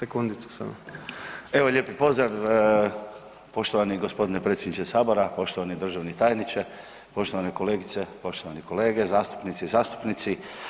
Evo lijepi pozdrav, poštovani gospodine predsjedniče Sabora, poštovani državni tajniče, poštovane kolegice, poštovane kolege zastupnice i zastupnici.